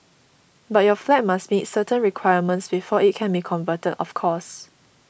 but your flat must meet certain requirements before it can be converted of course